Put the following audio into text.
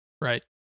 Right